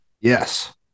yes